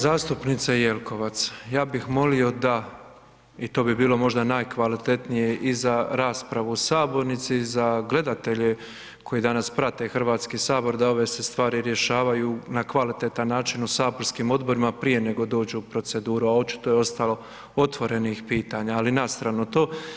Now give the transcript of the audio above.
Zastupnice Jelkovac, ja bih molio da i to bi bilo možda najkvalitetnije i za raspravu u sabornici i za gledatelje koji danas prate HS da ove se stvari rješavaju na kvalitetan način u saborskim odborima prije nego dođu u proceduru, a očito je ostalo otvorenih pitanja, ali na stranu to.